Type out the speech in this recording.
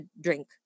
drink